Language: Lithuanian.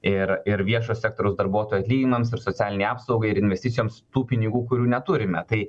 ir ir viešo sektoriaus darbuotojų atlyginimams ir socialinei apsaugai ir investicijoms tų pinigų kurių neturime tai